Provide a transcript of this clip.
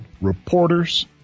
reporters